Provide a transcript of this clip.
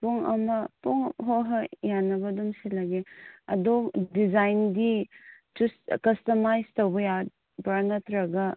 ꯌꯥꯝ ꯉꯟꯅ ꯄꯨꯡ ꯍꯣꯏ ꯍꯣꯏ ꯌꯥꯅꯕ ꯑꯗꯨꯝ ꯁꯤꯜꯂꯒꯦ ꯑꯗꯣ ꯗꯤꯖꯥꯏꯟꯗꯤ ꯀꯁꯇꯃꯥꯏꯁ ꯇꯧꯕ ꯌꯥꯕ꯭ꯔꯥ ꯅꯠꯇ꯭ꯔꯒ